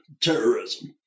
terrorism